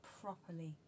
properly